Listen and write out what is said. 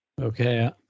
Okay